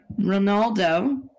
Ronaldo